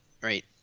right